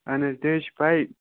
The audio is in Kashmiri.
اَہَن حظ تہِ حظ چھِ پےَ